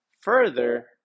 further